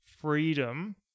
freedom